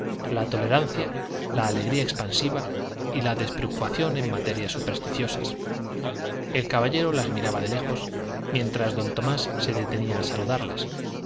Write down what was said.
la tolerancia la alegría expansiva y la despreocupación en materias supersticiosas el caballero las miraba de lejos mientras don tomás se detenía a saludarlas